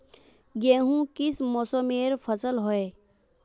गेहूँ किस मौसमेर फसल होय?